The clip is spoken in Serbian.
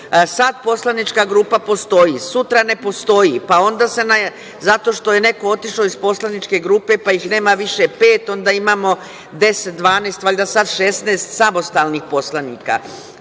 sad poslanička grupa postoji, sutra ne postoji. Onda se, zato što je neko otišao iz poslaničke grupe, pa ih nema više pet, onda imamo 10, 12, valjda sada 16 samostalnih poslanika. Samostalni